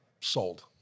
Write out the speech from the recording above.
sold